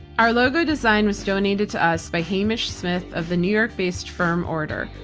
our logo design was donated to us by hamish smyth of the new york based firm order.